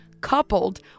coupled